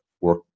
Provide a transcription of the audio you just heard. work